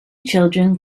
children